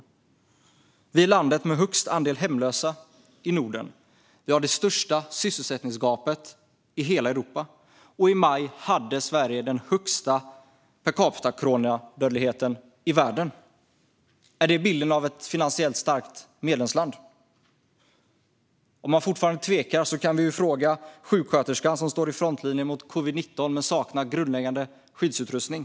Sverige är landet med högst andel hemlösa i Norden. Vi har det största sysselsättningsgapet i hela Europa. Och i maj hade Sverige den högsta coronadödligheten per capita i världen. Är det bilden av ett finansiellt starkt medlemsland? Om man fortfarande tvekar tycker jag att man kan fråga sjuksköterskan som står i frontlinjen mot covid-19 men saknar grundläggande skyddsutrustning.